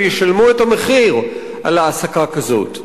וישלמו את המחיר על העסקה כזאת.